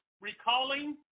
Recalling